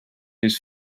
his